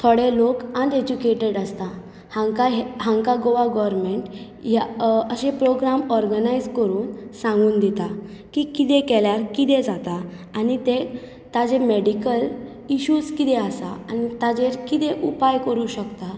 थोडे लोक अनएज्युकेटेड आसता हांकां हे हांकां गोवा गोरमॅण्ट ह्या अशे प्रोग्राम ऑर्गनायज करून सांगून दिता की कितें केल्यार कितें जाता आनी तें ताजे मॅडिकल इशूज कितें आसा आनी ताजेर कितें उपाय करूं शकता